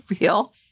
real